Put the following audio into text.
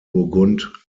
burgund